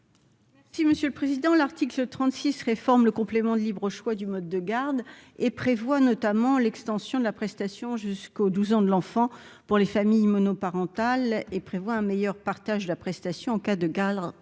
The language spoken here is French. Si Monsieur le Président, l'article 36. Forme le complément de libre choix du mode de garde et prévoit notamment l'extension de la prestation jusqu'au 12 ans de l'enfant pour les familles monoparentales et prévoit un meilleur partage la prestation en cas de gale